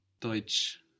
Deutsch